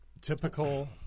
typical